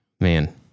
man